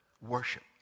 worship